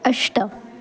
अष्ट